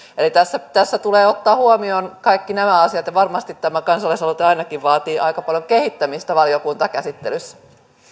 eli tässä tulee ottaa huomioon kaikki nämä asiat varmasti tämä kansalaisaloite ainakin vaatii aika paljon kehittämistä valiokuntakäsittelyssä